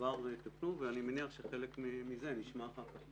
כבר טופלו ואני מניח שחלק מזה נשמע אחר כך.